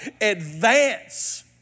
advance